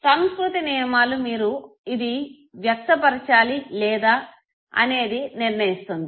సంస్కృతి నియమాలు మీరు ఇది వ్యక్త పరచాలి లేదా అనేది నిర్ణయిస్తుంది